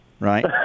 Right